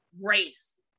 race